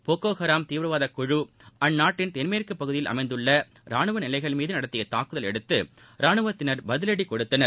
Boko Haram தீவிரவாதக் குழு அந்நாட்டின் தென்மேற்குப் பகுதியில் அமைந்துள்ள ரானுவ நிலைகள் மீது நடத்திய தாக்குதலை அடுத்து ரானுவத்தினர் பதிலடி கொடுத்தனர்